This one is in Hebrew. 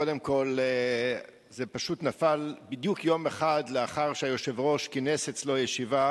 קודם כול זה פשוט נפל בדיוק יום אחד לאחר שהיושב-ראש כינס אצלו ישיבה